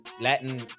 Latin